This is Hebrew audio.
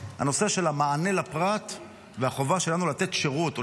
הנושא של המענה לפרט והחובה שלנו לתת שירות או